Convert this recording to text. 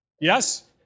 Yes